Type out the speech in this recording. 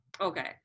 Okay